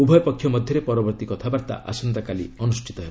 ଉଭୟ ପକ୍ଷ ମଧ୍ୟରେ ପରବର୍ତ୍ତୀ କଥାବାର୍ତ୍ତା ଆସନ୍ତାକାଲି ଅନୁଷ୍ଠିତ ହେବ